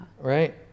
right